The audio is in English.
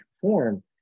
form